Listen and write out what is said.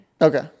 Okay